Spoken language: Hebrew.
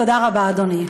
תודה רבה, אדוני.